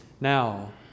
now